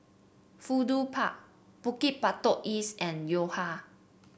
Fudu Park Bukit Batok East and Yo Ha